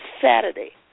Saturday